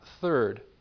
Third